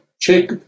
check